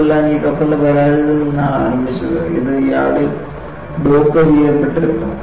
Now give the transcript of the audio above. ഇതെല്ലാം ഈ കപ്പലിന്റെ പരാജയത്തിൽ നിന്നാണ് ആരംഭിച്ചത് ഇത് യാർഡിൽ ഡോക്ക് ചെയ്യപ്പെട്ടിരുന്നു